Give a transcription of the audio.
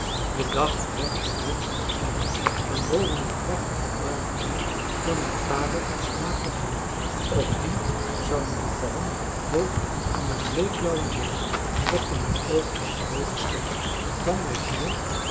de dag neigde reeds ten einde en boven den prachtigen bruinen beuk door mijn vader als knaap geplant ook die zou moeten vallen hoog aan den bleekblauwen hemel ontdekte mijn oog een groote ster het kwam mij voor